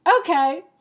okay